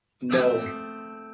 No